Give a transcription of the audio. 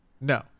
No